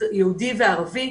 יהודים וערבים,